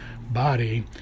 body